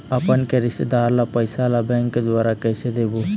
अपन के रिश्तेदार ला पैसा ला बैंक के द्वारा कैसे देबो?